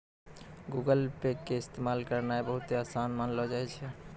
Google Pay के इस्तेमाल करनाय बहुते असान मानलो जाय छै